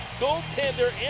goaltender